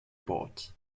pot